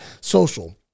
social